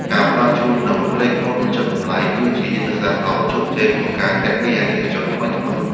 ការផ្ដល់ជូននូវលេខកូដបញ្ចុះតម្លៃ គឺជាយុទ្ធសាស្ត្រដ៏ជោគជ័យក្នុងការទាក់ទាញអតិថិជនថ្មីៗ។